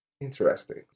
Interesting